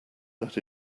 that